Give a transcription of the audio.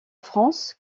france